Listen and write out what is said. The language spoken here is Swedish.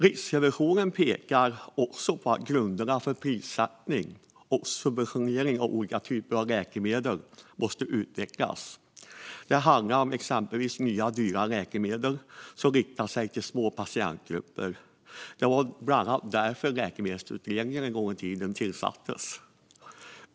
Riksrevisionen pekar också på att grunderna för prissättning och subventionering av olika typer av läkemedel måste utvecklas. Det handlar om exempelvis nya, dyra läkemedel som riktar sig till små patientgrupper. Det var bland annat därför Läkemedelsutredningen tillsattes en gång i tiden.